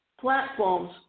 platforms